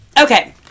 okay